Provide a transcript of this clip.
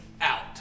out